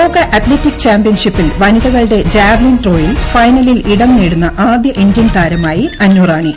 ലോക അത്ലറ്റിക് ചാമ്പൃൻഷിപ്പിൽ വനിതകളുടെ ജാവ്ലിൻ ത്രോയിൽ ഫൈനലിൽ ഇടം നേടുന്ന ആദ്യ ഇന്ത്യൻ താരമായി അന്നുറാണി